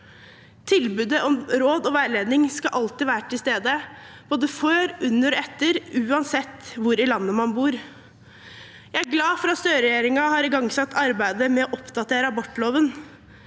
Tilbudet om råd og veiledning skal alltid være til stede både før, under og etter, uansett hvor i landet man bor. Jeg er glad for at Støre-regjeringen har igangsatt arbeidet med å oppdatere abortloven.